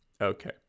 Okay